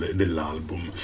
dell'album